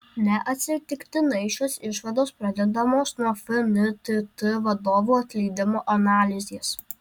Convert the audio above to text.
neatsitiktinai šios išvados pradedamos nuo fntt vadovų atleidimo analizės